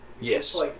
Yes